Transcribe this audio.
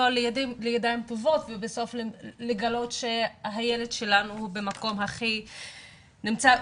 לידיים טובות ובסוף לגלות שהילד שלנו הוא במקום הכי מאיים.